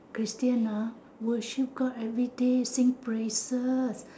christian ah worship god everyday sing praises